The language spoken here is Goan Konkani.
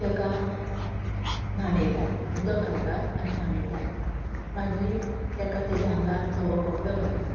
ताका न्हाणयतात उदक घालतात आनी न्हाणयतात मागीर ताका तेजे आंगार धवो कपडो घालतात